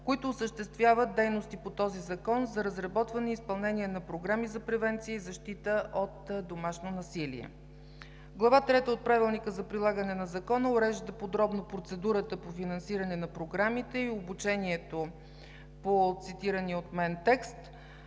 които осъществяват дейности по този закон за разработване и изпълнение на програми за превенция и защита от домашно насилие. Глава трета от Правилника за прилагане на Закона урежда подробно процедурата по финансиране на програмите и обучението по цитирания от мен текст.